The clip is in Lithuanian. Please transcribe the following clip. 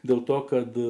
dėl to kad